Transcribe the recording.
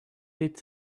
did